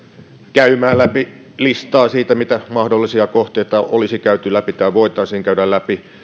käymään läpi listaa siitä mitä mahdollisia kohteita olisi käyty läpi tai voitaisiin käydä läpi